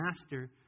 Master